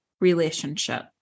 relationship